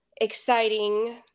exciting